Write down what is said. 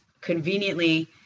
conveniently